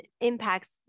impacts